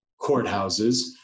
courthouses